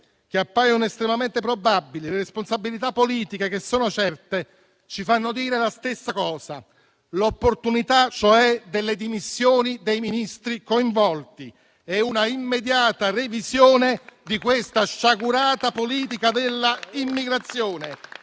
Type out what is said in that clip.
che appaiono estremamente probabili, e le responsabilità politiche, che sono certe, ci fanno dire la stessa cosa: l'opportunità delle dimissioni dei Ministri coinvolti e un'immediata revisione di questa sciagurata politica dell'immigrazione,